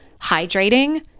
Hydrating